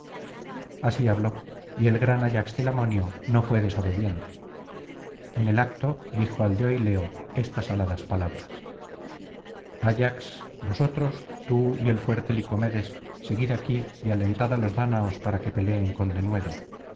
así habló y el gran ayax telamonio no fué desobediente en el acto dijo al de oileo estas aladas palabras áyax vosotros tú y el fuerte licomedes seguid aquí y alentad á los dáñaos para que peleen con denuedo